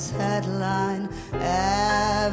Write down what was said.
headline